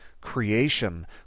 creation